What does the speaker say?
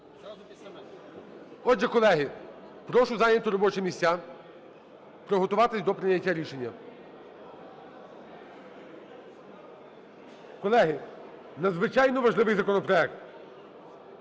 Отже, колеги, прошу зайняти робочі місця, приготуватись до прийняття рішення. Колеги, надзвичайно важливий законопроект.